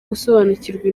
gusobanukirwa